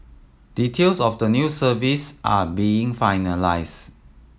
details of the new service are being finalised